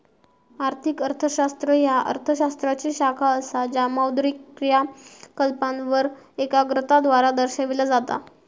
आर्थिक अर्थशास्त्र ह्या अर्थ शास्त्राची शाखा असा ज्या मौद्रिक क्रियाकलापांवर एकाग्रता द्वारा दर्शविला जाता